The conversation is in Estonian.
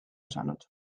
osanud